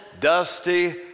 dusty